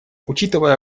учитывая